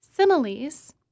Similes